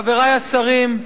חברי השרים,